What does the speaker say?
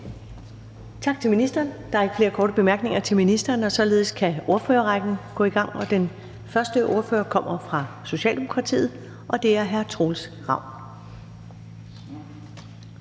Tak til ministeren. Der er ikke flere korte bemærkninger. Således kan ordførerrækken gå i gang, og den første ordfører kommer fra Socialdemokratiet. Det er hr. Troels Ravn.